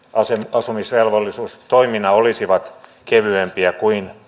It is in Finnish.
asumisvelvollisuus toimina olisivat kevyempiä kuin